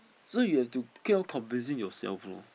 so you have to keep on convincing yourself loh